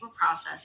process